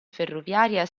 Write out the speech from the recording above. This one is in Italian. ferroviaria